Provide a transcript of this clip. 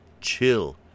Chill